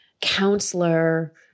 counselor